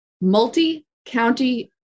multi-county